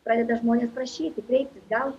pradeda žmonės prašyti kreiptis gal